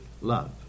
love